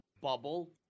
bubble